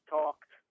talked